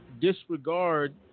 disregard